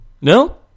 No